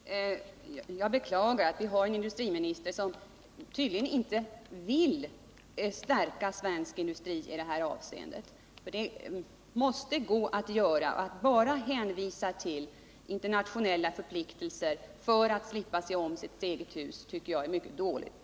Herr talman! Jag beklagar att vi har en industriminister som tydligen inte vill stärka svensk industri i detta avseende. Att bara hänvisa till internationella förpliktelser för att slippa se om sitt eget hus tycker jag är mycket dåligt.